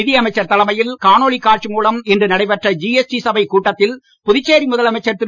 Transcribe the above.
நிதி அமைச்சர் தலைமையில் காணொலி காட்சி மூலம் இன்று நடைபெற்ற ஜிஎஸ்டி சபைக் கூட்டத்தில் புதுச்சேரி முதலமைச்சர் திரு